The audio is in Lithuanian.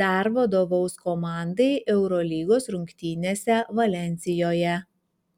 dar vadovaus komandai eurolygos rungtynėse valensijoje